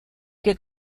que